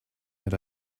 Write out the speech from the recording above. had